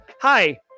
hi